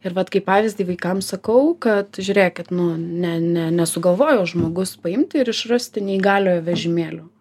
ir vat kaip pavyzdį vaikams sakau kad žiūrėkit nu ne ne nesugalvojo žmogus paimti ir išrasti neįgaliojo vežimėlio